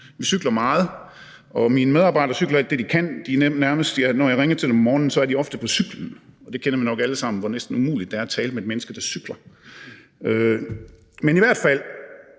Vi cykler meget. Mine medarbejdere cykler alt det, de kan, og når jeg ringer til dem om morgenen, er de ofte på cyklen. Det kender vi nok alle sammen, altså hvor næsten umuligt det er at tale med et menneske, der cykler. Men i hvert fald